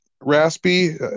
Raspy